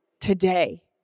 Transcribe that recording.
today